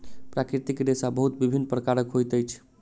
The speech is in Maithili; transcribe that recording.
प्राकृतिक रेशा बहुत विभिन्न प्रकारक होइत अछि